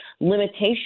limitation